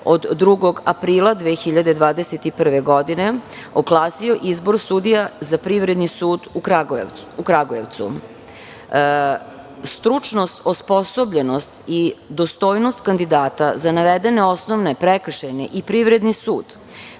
2. aprila 2021. godine oglasio izbor sudija za Privredni sud u Kragujevcu. Stručnost osposobljenost i dostojnost kandidata za navedene osnovne, prekršajne i privredni sud,